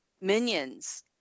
minions